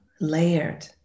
layered